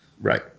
Right